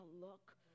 look